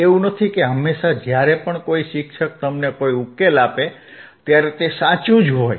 એવું નથી કે હંમેશા જ્યારે પણ કોઈ શિક્ષક તમને કોઈ ઉકેલ આપે ત્યારે તે સાચું હોય છે